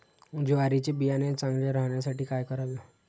ज्वारीचे बियाणे चांगले राहण्यासाठी काय करावे?